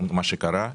מה שקרה.